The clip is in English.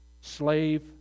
slave